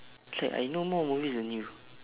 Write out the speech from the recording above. I know more movies than you